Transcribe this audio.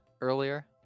earlier